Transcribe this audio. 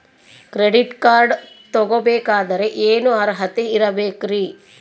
Credit card ತೊಗೋ ಬೇಕಾದರೆ ಏನು ಅರ್ಹತೆ ಇರಬೇಕ್ರಿ?